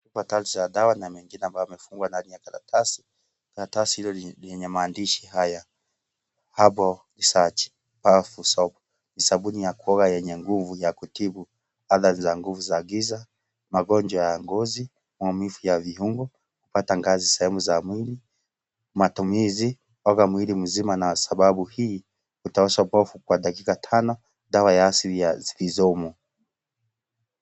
Matasi ya dawa na nyingine ambayo yamefungwa na karatasi. Karatasi hiyo yenye maandishi haya herbal search powerful soap ni sabuni ya kuoga yenye nguvu ya kutibu hatari za nguvu za giza, magonjwa ya ngozi, maumivu ya viungo, kupata sehemu za mwili. Matumizi: oga mwili mzima na sababu hii utaacha pofu kwa dakika tano dawa ya asili ya vizomo.